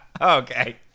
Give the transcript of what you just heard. Okay